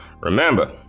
Remember